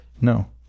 no